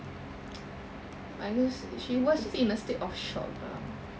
I guess she was just in a state of shock lah